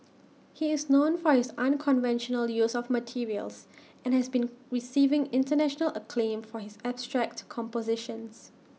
he is known for his unconventional use of materials and has been receiving International acclaim for his abstract compositions